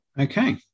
okay